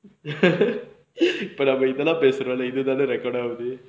இப்ப நம்ம இதெல்லாம் பேசுரோல இதுதான:ippa namma ithellaam paesurola ithuthaan record ஆகுது:aaguthu